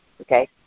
okay